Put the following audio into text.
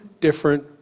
different